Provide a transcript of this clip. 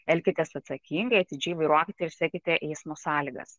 elkitės atsakingai atidžiai vairuokite ir sekite eismo sąlygas